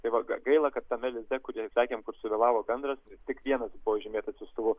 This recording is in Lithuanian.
tai va gaila kad tame lizde kurį sekėm suvėlavo gandras tik vienas buvo žymėtas siųstuvu